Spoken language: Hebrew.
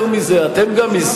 אתה לא היית.